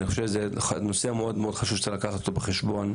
אני חושב שזה נושא מאוד חשוב שצריך לקחת אותו בחשבון.